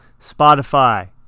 Spotify